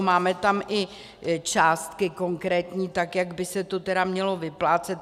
Máme tam i částky konkrétní, tak jak by se to tedy mělo vyplácet.